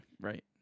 right